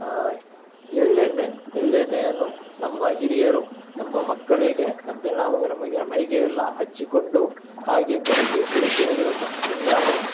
ಎಳ್ಳೆಣ್ಣೆ ಎಳ್ಳೆಣ್ಣೆಯನ್ನು ನಮ್ಮ ಹಿರಿಯರು ನಮ್ಮ ಮಕ್ಕಳಿಗೆ ಮತ್ತು ನಾವು ನಮಗೆ ಮೈಗೆಲ್ಲ ಹಚ್ಚಿಕೊಂಡು ಹಾಗೇ ಬೆಳಗ್ಗೆ ಬೆಳಗ್ಗಿನ ದಿವಸ ಮುಂಜಾನೆ